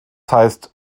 heißt